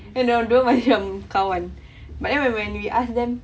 then dia orang dua macam kawan but then when when we ask them